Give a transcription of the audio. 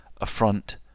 affront